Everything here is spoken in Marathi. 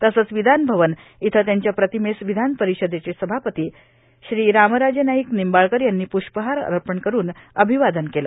तसंच विधान भवन इथं त्यांच्या प्रतिमेस विधानपरिषदेचे सभापती रामराजे नाईक निंबाळकर यांनी प्ष्पहार अर्पण करुन अभिवादन केले